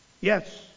Yes